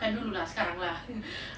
bukan dulu lah sekarang lah